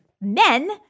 men